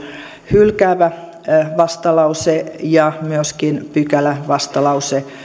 hylkäävä vastalause ja myöskin pykälävastalause